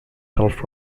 self